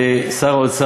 חבר הכנסת ברושי,